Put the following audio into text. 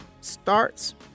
starts